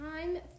time